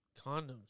condoms